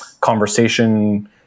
conversation